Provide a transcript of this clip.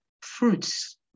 fruits